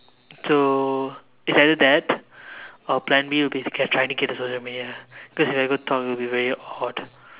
so it's either that or plan B would be okay trying to get to social media because if I go and talk it would be very odd